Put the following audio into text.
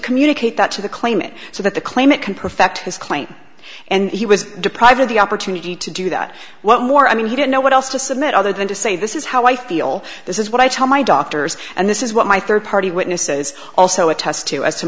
communicate that to the claimant so that the claimant can perfect his claim and he was deprived of the opportunity to do that what more i mean he didn't know what else to submit other than to say this is how i feel this is what i tell my doctors and this is what my third party witnesses also attest to as